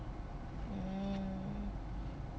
mm